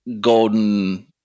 golden